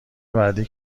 بعدی